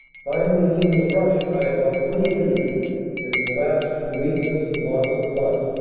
finally he was rushed by about twenty enemy and collapsed from weakness and loss of blood.